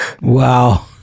Wow